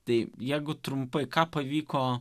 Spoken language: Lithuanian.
tai jeigu trumpai ką pavyko